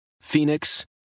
Phoenix